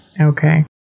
Okay